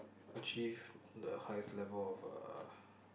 achieve the highest level of uh